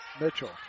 Mitchell